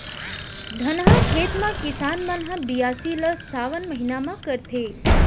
धनहा खेत म किसान मन ह बियासी ल सावन महिना म करथे